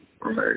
Right